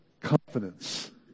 confidence